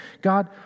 God